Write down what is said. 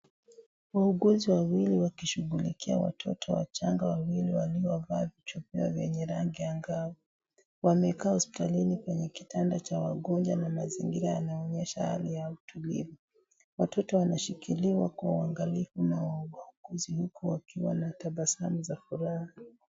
Wauguzi wawili wakishughulikia watoto wachanga wawili waliovaa vichwa vyao venye rangi angafu wamekaa hospitalini kwenye kitanda cha wagonjwa na mazingira yanaonyesha hali ya utulivu watoto wanashikiliwa kwa uangalifu na wauguzi huku wakiwa na tabasamu za furaha.